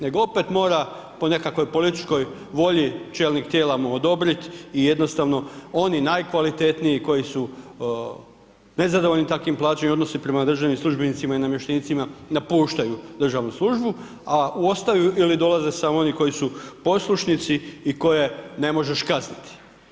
Nego opet mora po nekakvoj političkoj volji čelnik mu odobrit i jednostavno oni najkvalitetniji koji su nezadovoljni takvim plaćama i odnosom prema državnim službenicima i namještenicima napuštaju državnu službu, a ostaju ili dolaze samo oni koji su poslušnici i koje ne možeš kazniti.